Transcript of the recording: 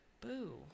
Boo